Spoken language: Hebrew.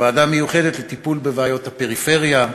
ועדה מיוחדת לטיפול בבעיות הפריפריה,